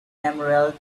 emerald